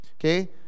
Okay